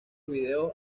videos